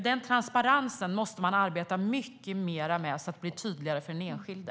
Denna transparens måste man arbeta med mycket mer så att det blir tydligare för den enskilde.